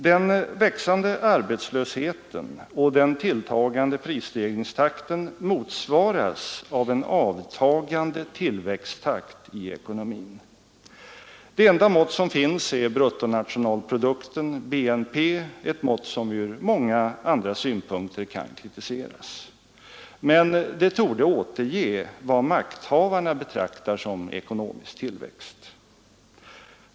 Den växande arbetslösheten och den tilltagande prisstegringstakten motsvaras av en avtagande tillväxttakt i ekonomin. Det enda mått som finns är bruttonationalprodukten, BNP — ett mått som ur många andra synpunkter kan kritiseras. Men det torde återge vad makthavarna betraktar som ekonomisk tillväxt.